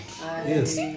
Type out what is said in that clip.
Yes